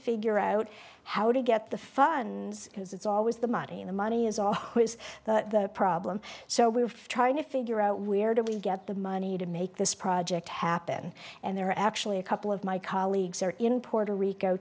figure out how to get the fun because it's always the money in the money is our quiz the problem so we're trying to figure out where do we get the money to make this project happen and there are actually a couple of my colleagues are in puerto rico